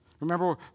Remember